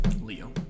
Leo